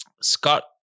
Scott